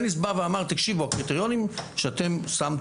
האיגוד אמר שהקריטריונים שאנחנו נתנו